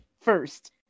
first